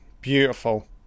Beautiful